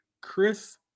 Chris